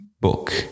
book